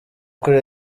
kuri